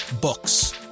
Books